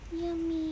Yummy